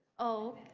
oh,